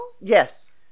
yes